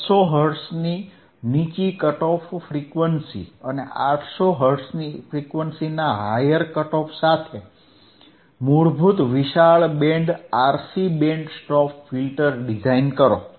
200 હર્ટ્ઝની નીચી cut off frequency અને 800 હર્ટ્ઝની ફ્રીક્વન્સીના હાયર કટ ઓફ સાથે મૂળભૂત વિશાળ band RC band stop filter design કરો